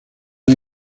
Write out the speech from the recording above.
hay